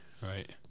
Right